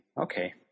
Okay